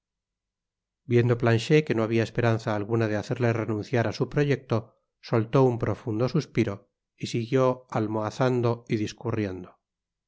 viendo planchet que no habia esperanza alguna de hacerle renunciar á su proyecto soltó un profundo suspiro y siguió almohazando y discurriendo